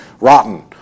rotten